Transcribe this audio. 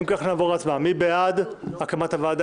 אם כך, נעבור להצבעה מי בעד הקמת הוועדה?